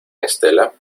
estela